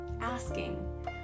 asking